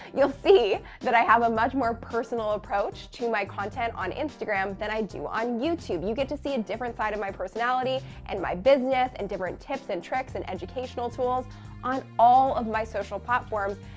you'll see that i have a much more personal approach to my content on instagram than i do on youtube. you get to see a different side of my personality and my business and different tips and tricks and educational tools on all of my social platforms,